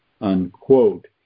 unquote